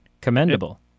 commendable